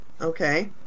Okay